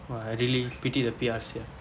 !wah! I really pity the P_R sia